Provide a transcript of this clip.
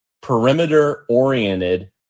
Perimeter-oriented